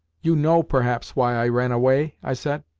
you know, perhaps, why i ran away? i said.